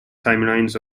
timelines